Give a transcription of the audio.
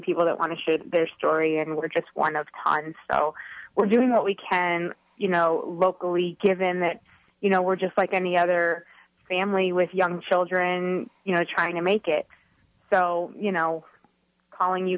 people that want to share their story and we're just one of time so we're doing what we can you know locally given that you know we're just like any other family with young children you know trying to make it so you know calling you